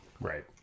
Right